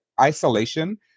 Isolation